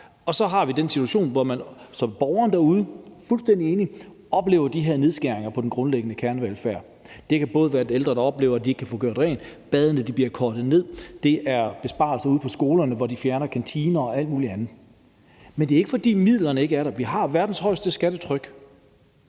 Og så har vi den situation, hvor borgeren derude oplever – og jeg er fuldstændig enig – de her nedskæringer på den grundlæggende kernevelfærd. Det kan både være de ældre, der oplever, at de ikke kan få gjort rent, eller at badene bliver kortet ned, og det kan være besparelser ude på skolerne, hvor de fjerner kantiner og alt muligt andet. Men det er ikke, fordi midlerne ikke er der. Vi har verdens højeste skattetryk.